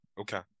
okay